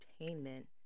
entertainment